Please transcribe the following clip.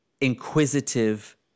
inquisitive